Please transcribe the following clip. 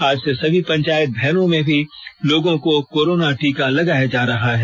आज से सभी पंचायत भवनों में भी लोगों को कोरोना टीका लगाया जा रहा है